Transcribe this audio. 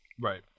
Right